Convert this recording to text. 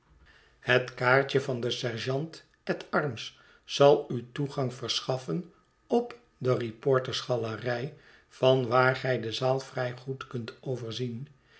boz kaartje van den sergeant at arms zal u toegang verschaffen op de reporters galerij van waar gij de zaal vrij goed kunt overzien